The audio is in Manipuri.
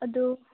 ꯑꯗꯨ